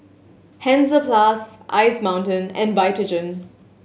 Hansaplast Ice Mountain and Vitagen